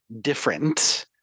different